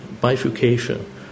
bifurcation